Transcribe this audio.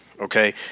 Okay